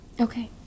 Okay